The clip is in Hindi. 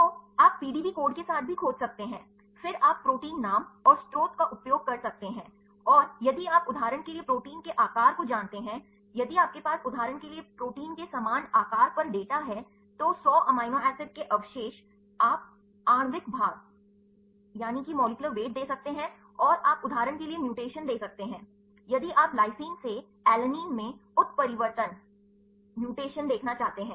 तो आप PDB कोड के साथ भी खोज सकते हैं फिर आप प्रोटीन नाम और स्रोत का उपयोग कर सकते हैं और यदि आप उदाहरण के लिए प्रोटीन के आकार को जानते हैं यदि आपके पास उदाहरण के लिए प्रोटीन के समान आकार पर डेटा है तो 100 अमीनो एसिड के अवशेष आप आणविक भार दे सकते हैं और आप उदाहरण के लिए म्यूटेशन दे सकते हैं यदि आप लाइसिन से अलैनिन में उत्परिवर्तन देखना चाहते हैं